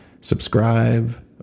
subscribe